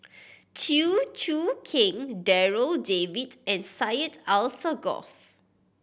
Chew Choo Keng Darryl David and Syed Alsagoff